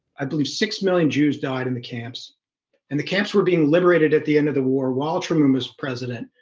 i believe six million jews died in the camps and the camps were being liberated at the end of the war while tremendous president,